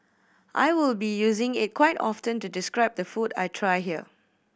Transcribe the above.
I will be using it quite often to describe the food I try here